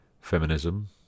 feminism